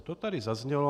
To tady zaznělo.